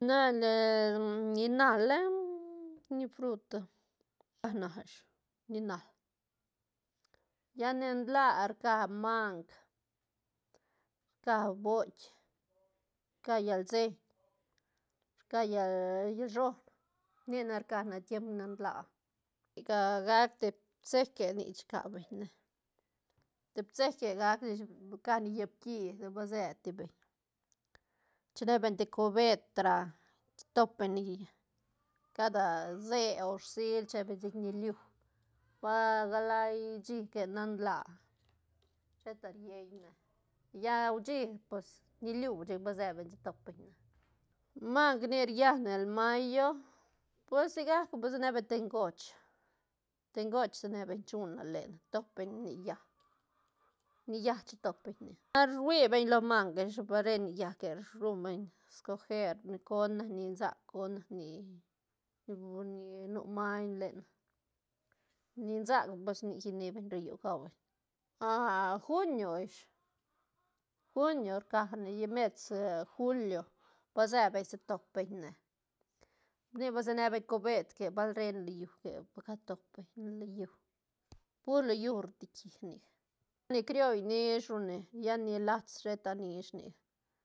ni na la em ni frut na ish ni nal lla ni nla rca mang, rca boit, rca llalseñ, rca llal shon ni ne rca tiemp nlaa nica gac te bseque nic chi ca beñ ne te bseque gac ish icane llaä ki ten base ti beñ chine bel te cubet ra chi top beñ ne ni llaä cada shel o rshil chebeñ chic ñiliu va ga lai shí que nan laa sheta rieñ ne lla uishi pues ñiliu chic ba se beñ chic top beñ ne, mang nic riane mayo pues sigac ba se ne beñ te ngoch, te ngoch se ne beñ chu ne lene top beñ ne ni llaäc ni llaäc chitop beñ ne, bal rui beñ lo mang ish ba re ni llaä gue ruñ beñ escojer ne con nac ni sac con nac ni ni nu maiñ lenne, ni sgac pues nic si ne beñ ro llu gau beñ junio ish junio rca ne lla mer tis julio ba se beñ se top beñ ne nic ba se ne beñ cubet que bal rene lo llu que ca top beñ ne lo llu pur lo llu rdiqui nic, ni cioll nish ru ne lla ni lats sheta nish nic